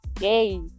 yay